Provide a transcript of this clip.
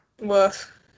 Woof